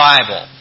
Bible